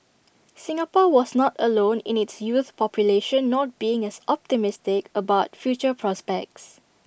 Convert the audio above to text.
Singapore was not alone in its youth population not being as optimistic about future prospects